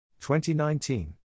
2019